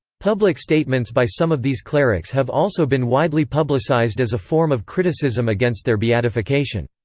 public statements by some of these clerics have also been widely publicised as a form of criticism against their beatification.